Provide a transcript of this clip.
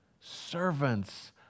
servants